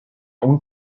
اون